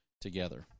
together